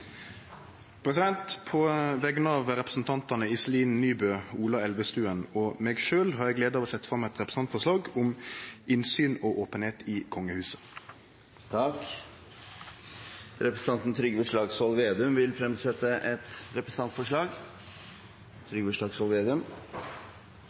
representantforslag. På vegner av stortingsrepresentantane Iselin Nybø, Ola Elvestuen og meg sjølv har eg gleda av å setje fram eit representantforslag om innsynsrett i kongehuset. Representanten Trygve Slagsvold Vedum vil fremsette et representantforslag.